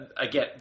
again